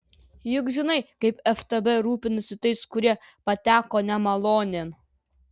juk žinai kaip ftb rūpinasi tais kurie pateko nemalonėn